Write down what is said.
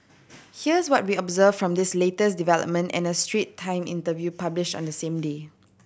here's what we observed from this latest development and a Strait Time interview published on the same day